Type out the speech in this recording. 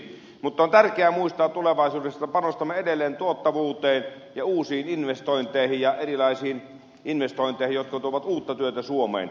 mutta on tärkeää muistaa tulevaisuudessa että panostamme edelleen tuottavuuteen ja uusiin investointeihin ja erilaisiin investointeihin jotka tuovat uutta työtä suomeen